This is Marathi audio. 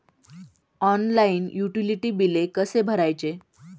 ऑनलाइन युटिलिटी बिले कसे भरायचे?